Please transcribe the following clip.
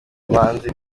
banzi